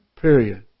Period